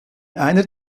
einer